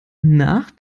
nach